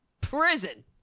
prison